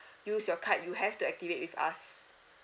use your card you have to activate with us